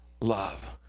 love